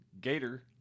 Gator